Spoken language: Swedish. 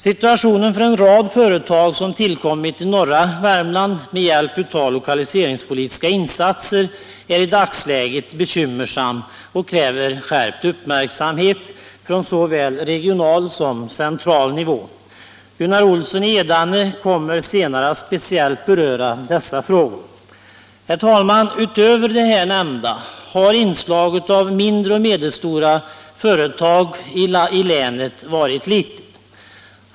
Situationen för en rad företag som tillkommit i norra Värmland med hjälp av lokaliseringspolitiska insatser är i dagsläget bekymmersam och kräver skärpt uppmärksamhet på såväl regional som central nivå. Gunnar Olsson i Edane kommer senare att speciellt beröra dessa frågor. Utöver det här nämnda tillkommer att inslaget av mindre och medelstora företag är litet i länet som helhet. Herr talman!